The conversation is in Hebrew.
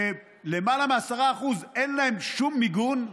שלמעלה מ-10% אין להם שום מיגון,